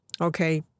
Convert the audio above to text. Okay